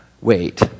Wait